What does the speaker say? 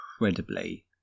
incredibly